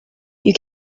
you